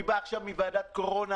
אני בא עכשיו מוועדת הקורונה